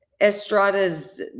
Estrada's